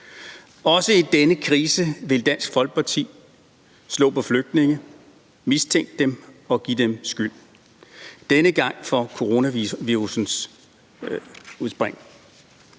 Også i denne krise vil Dansk Folkeparti slå på flygtninge, mistænke dem og give dem skyld. Denne gang for coronavirussens udspring.